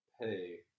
pay